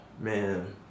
Man